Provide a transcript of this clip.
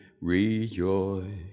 rejoice